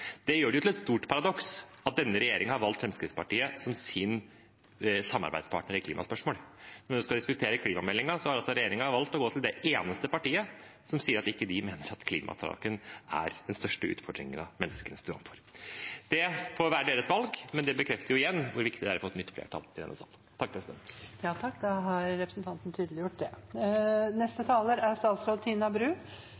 Det gjør det til et stort paradoks at denne regjeringen har valgt Fremskrittspartiet til sin samarbeidspartner i klimaspørsmål. Når vi skal diskutere klimameldingen, har altså regjeringen valgt å gå til det eneste partiet som sier at de ikke mener at klimasaken er den største utfordringen menneskene står overfor. Det får være deres valg, men det bekrefter jo igjen hvor viktig det er å få et nytt flertall i denne salen. I fare for å gjenta det flere representanter i komiteen har